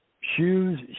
Shoes